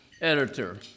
editor